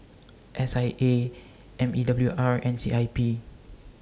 S I A M E W R and C I P